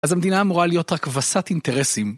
אז המדינה אמורה להיות רק ווסת אינטרסים.